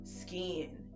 skin